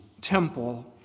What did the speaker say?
temple